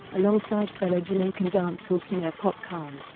alongside fellow jamaican dancehall singer popcaan.